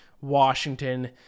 Washington